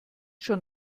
schon